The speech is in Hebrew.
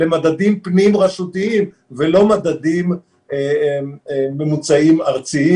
למדדים פנים-רשותיים ולא ממוצעים ארציים.